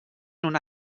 una